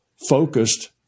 focused